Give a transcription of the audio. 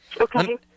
Okay